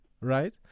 right